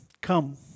Come